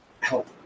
help